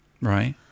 Right